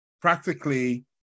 practically